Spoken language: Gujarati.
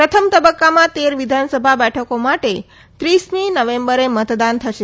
પ્રથમ તબક્કામાં તેર વિધાનસભા બેઠકો માટે ત્રીસમી નવેમ્બરે મતદાન થશે